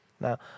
Now